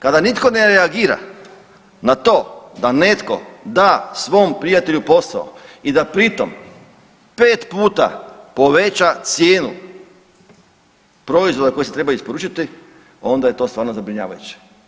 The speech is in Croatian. Kada nitko ne reagira na to da netko da svom prijatelju posao i da pri tom 5 puta poveća cijenu proizvoda koji se treba isporučiti onda je to stvarno zabrinjavajuće.